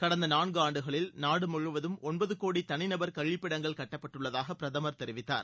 கடந்த நான்கு ஆண்டுகளில் நாடு முழுவதும் ஒன்பது கோடி தனிநபர் கழிப்பிடங்கள் கட்டப்பட்டுள்ளதாக பிரதமர் தெரிவித்தார்